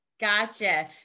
Gotcha